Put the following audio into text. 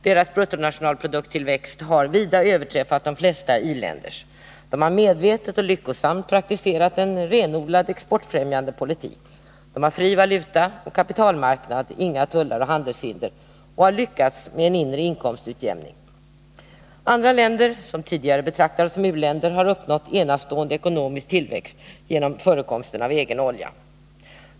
Deras bruttonationalpro Fredagen den dukttillväxt har vida överträffat de flesta i-länders. De har medvetet och 12 december 1980 lyckosamt praktiserat en renodlad exportfrämjande politik. De har en fri valutaoch kapitalmarknad, inga tullar och handelshinder och har lyckats med en inre inkomstutjämning. Andra länder som tidigare betraktats som u-länder har uppnått enastående ekonomisk tillväxt genom förekomsten av egen olja.